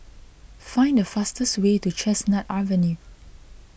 find the fastest way to Chestnut Avenue